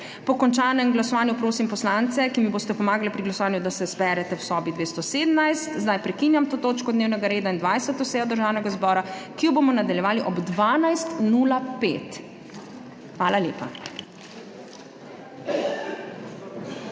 Po končanem glasovanju prosim poslance, ki mi boste pomagali pri glasovanju, da se zberete v sobi 217. Zdaj prekinjam to točko dnevnega reda in 20. sejo Državnega zbora, ki jo bomo nadaljevali ob 12.05. Hvala lepa.